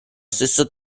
stesso